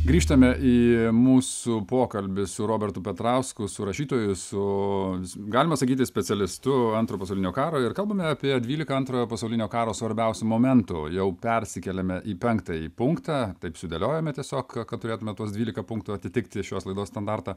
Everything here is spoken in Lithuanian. grįžtame į mūsų pokalbį su robertu petrausku su rašytoju su galima sakyti specialistu antro pasaulinio karo ir kalbame apie dvylika antrojo pasaulinio karo svarbiausių momentų jau persikėlėme į penktąjį punktą taip sudėliojome tiesiog kad turėtume tuos dvylika punktų atitikti šios laidos standartą